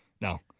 no